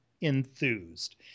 enthused